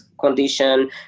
condition